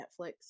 Netflix